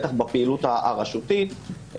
בטח בפעילות הרשותית,